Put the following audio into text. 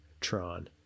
tron